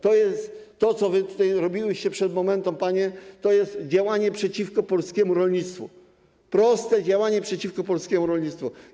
To, co wy panie tutaj robiłyście przed momentem, to jest działanie przeciwko polskiemu rolnictwu, proste działanie przeciwko polskiemu rolnictwu.